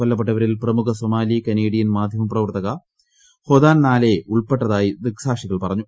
കൊല്ലപ്പെട്ടവരിൽ പ്രമുഖ Somali Canadian മാധ്യമപ്രവർത്തക ഹൊദാൻ നലായെ ഉൾപ്പെട്ടതായി ദൃക്സാക്ഷികൾ പറഞ്ഞു